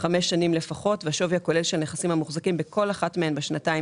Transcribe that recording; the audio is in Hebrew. חמש שנים לפחות והשווי הכולל של הנכסים המוחזקים בכל אחת מהן בשנתיים